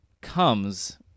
comes